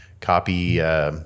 copy